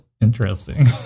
Interesting